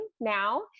now